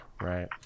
right